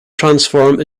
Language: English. transform